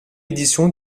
édition